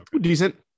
Decent